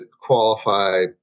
qualify